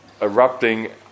erupting